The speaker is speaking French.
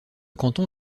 canton